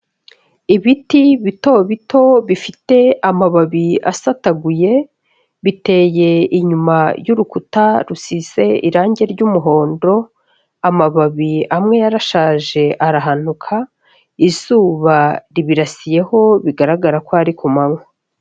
Ibiti bito bito bifite amababi asataguye, biteye inyuma y'urukuta rusize irangi ry'umuhondo, amababi amwe yarashaje arahanuka, izuba ribirasiyeho bigaragara ko ari ku manywa.